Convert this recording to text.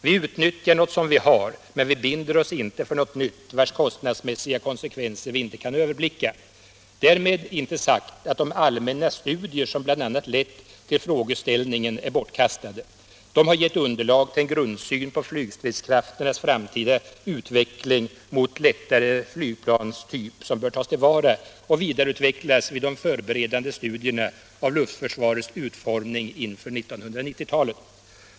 Vi utnyttjar något som vi har, men vi binder oss inte för något nytt vars kostnadsmässiga konsekvenser vi inte kan överblicka. Därmed inte sagt att de allmänna studier som bl.a. lett fram till frågeställningen är bortkastade. De har gett underlag för en grundsyn på flygstridskrafternas framtida utveckling mot en lättare flygplanstyp, som bör tas till vara och vidareutvecklas vid de förberedande studierna av luftförsvarets utformning inför 1990-talet.